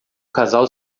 casal